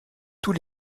tous